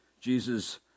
Jesus